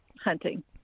hunting